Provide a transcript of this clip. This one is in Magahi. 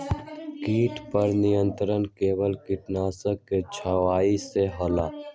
किट पर नियंत्रण केवल किटनाशक के छिंगहाई से होल?